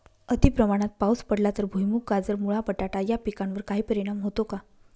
अतिप्रमाणात पाऊस पडला तर भुईमूग, गाजर, मुळा, बटाटा या पिकांवर काही परिणाम होतो का?